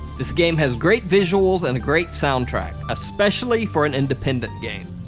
this game has great visuals and a great soundtrack, especially for an independent game.